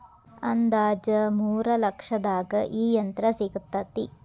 ಅಂದಾಜ ಮೂರ ಲಕ್ಷದಾಗ ಈ ಯಂತ್ರ ಸಿಗತತಿ